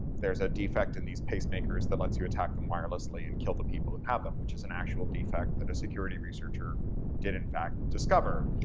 there's a defect in these pacemakers that let's you attack them wirelessly and kill the people who have them, which is an actual defect that a security researcher did in fact discover.